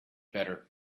better